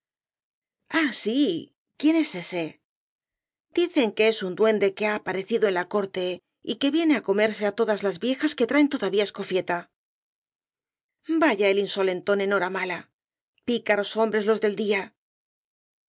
ah sí quién es ése dicen que es un duende que ha aparecido en la corte y que viene á comerse á todas las viejas que traen todavía escofieta vaya el insolentón enhoramala picaros hombres los del día